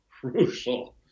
crucial